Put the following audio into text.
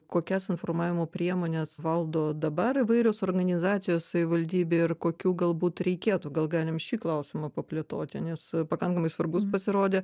kokias informavimo priemones valdo dabar įvairios organizacijos savivaldybė ir kokių galbūt reikėtų gal galim šį klausimą paplėtoti nes pakankamai svarbus pasirodė